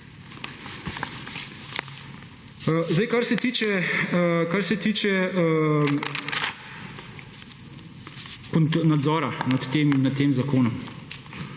tiče, kar se tiče nadzora nad tem zakonom.